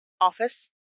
office